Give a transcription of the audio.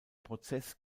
prozess